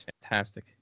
fantastic